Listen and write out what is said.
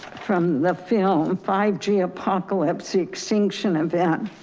from the film five g apocalypse extinction event,